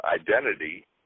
identity